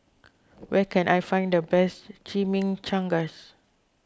where can I find the best Chimichangas